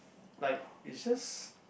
like it's just